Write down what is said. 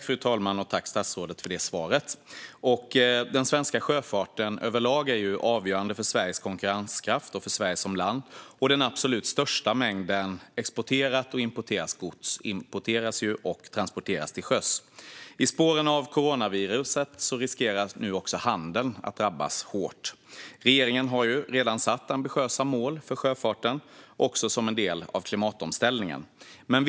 Fru talman! Tack, statsrådet, för svaret! Den svenska sjöfarten över lag är avgörande för Sveriges konkurrenskraft och för Sverige som land. Den absolut största mängden exporterat och importerat gods transporteras till sjöss. I spåren av coronaviruset riskerar nu handeln att drabbas hårt. Regeringen har redan satt upp ambitiösa mål för sjöfarten, också som en del av klimatomställningen.